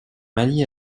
mali